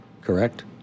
correct